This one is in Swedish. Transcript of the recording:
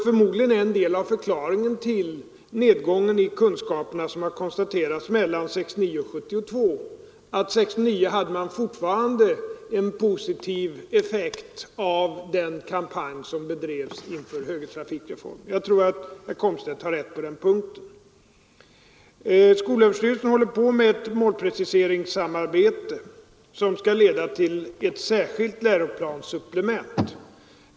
Förmodligen ligger en del av förklaringen till den nedgång i kunskaperna som har konstaterats mellan 1969 och 1972 i att man 1969 fortfarande hade en positiv effekt av den kampanj som bedrevs inför högertrafikreformen. Jag tror att herr Komstedt har rätt på den punkten. Skolöverstyrelsen håller på med ett målpreciseringssamarbete, som skall leda till ett särskilt läroplanssupplement.